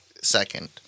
second